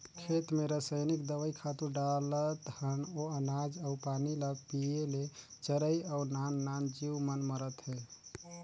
खेत मे रसइनिक दवई, खातू डालत हन ओ अनाज अउ पानी ल पिये ले चरई अउ नान नान जीव मन मरत हे